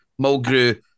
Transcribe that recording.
Mulgrew